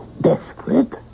desperate